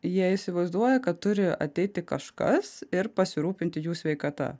jie įsivaizduoja kad turi ateiti kažkas ir pasirūpinti jų sveikata